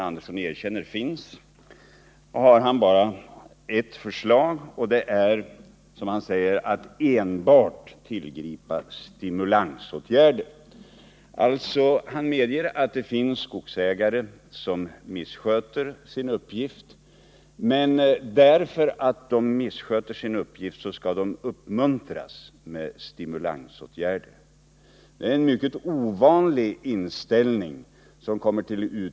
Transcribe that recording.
Arne Andersson medger att det finns skogsägare som missköter sin uppgift men menar att de, därför att de missköter sin uppgift, bör uppmuntras med stimulansåtgärder. Det är en mycket ovanlig inställning.